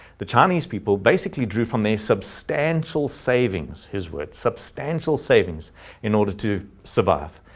the chinese people basically drew from a substantial savings, his word substantial savings in order to survive,